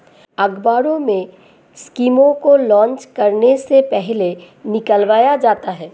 अखबारों में स्कीमों को लान्च करने से पहले निकलवाया जाता है